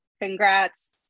Congrats